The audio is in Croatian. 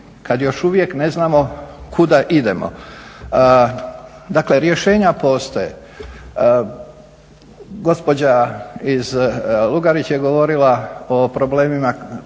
kada još uvijek ne znamo kuda idemo. Dakle rješenja postoje. Gospođa LUgarić je govorila o problemima